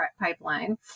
pipeline